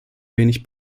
wenig